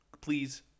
please